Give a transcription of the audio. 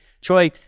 Troy